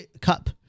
cup